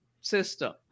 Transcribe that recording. system